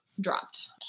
dropped